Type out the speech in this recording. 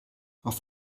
auf